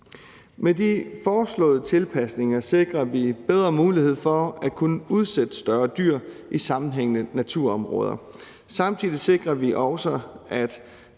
Med de foreslåede tilpasninger sikrer vi bedre mulighed for at kunne udsætte større dyr i sammenhængende naturområder. Samtidig sikrer vi også, at